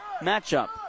matchup